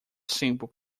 simple